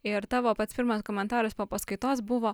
ir tavo pats pirmas komentaras po paskaitos buvo